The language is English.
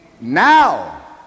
now